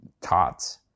taught